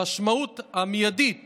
המשמעות המיידית